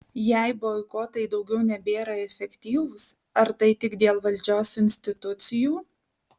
jei boikotai daugiau nebėra efektyvūs ar tai tik dėl valdžios institucijų